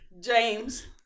James